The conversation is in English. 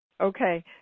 Okay